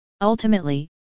Ultimately